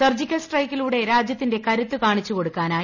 surgical സ്ട്രൈക്കിലൂടെ രാജ്യത്തിന്റെ കരുത്ത് കാണിച്ചു കൊടുക്കാനായി